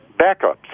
backups